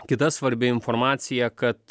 kita svarbi informacija kad